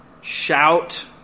Shout